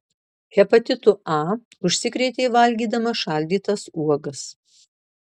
hepatitu a užsikrėtė valgydama šaldytas uogas